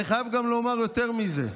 אני חייב גם לומר יותר מזה: